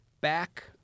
back